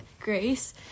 Grace